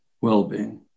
well-being